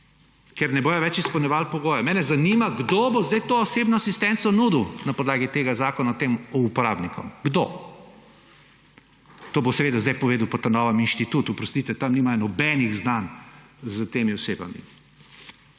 ker ne bodo več izpolnjevali pogoja. Mene zanima, kdo bo zdaj to osebno asistenco nudil na podlagi tega zakona tem uporabnikom? Kdo? To bo seveda zdaj povedal po novem inštitut. Oprostite, tam nimajo nobenih znanj s temi osebami.